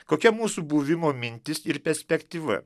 kokia mūsų buvimo mintis ir perspektyva